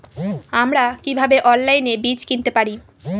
আমরা কীভাবে অনলাইনে বীজ কিনতে পারি?